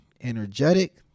energetic